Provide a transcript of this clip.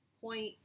point